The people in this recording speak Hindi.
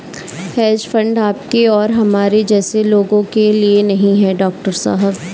हेज फंड आपके और हमारे जैसे लोगों के लिए नहीं है, डॉक्टर साहब